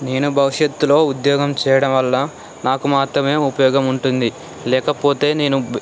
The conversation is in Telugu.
నేను భవిష్యత్తులో ఉద్యోగం చేయడం వల్ల నాకు మాత్రమే ఉపయోగం ఉంటుంది లేకపోతే నేను